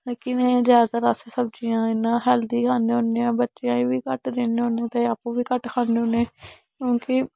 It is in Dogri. लेकिन ज्यादातर अस सब्जियां इयां हैल्दी खन्ने हुन्ने आं बच्चेंआ गी बी घट्ट दिन्ने होन्ने आं ते आपूं बी घट्ट खन्ने होन्ने क्योंकि